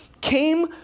came